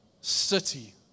city